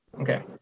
okay